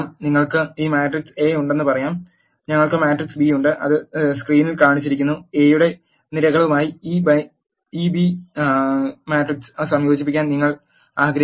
നിങ്ങൾക്ക് ഈ matrix A ഉണ്ടെന്ന് പറയാം ഞങ്ങൾക്ക് മാട്രിക്സ് ബി ഉണ്ട് അത് സ്ക്രീനിൽ കാണിച്ചിരിക്കുന്ന എ യുടെ നിരകളുമായി ഈ ബി മാട്രിക്സ് സംയോജിപ്പിക്കാൻ നിങ്ങൾ ആഗ്രഹിക്കുന്നു